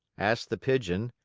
asked the pigeon,